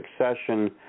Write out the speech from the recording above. succession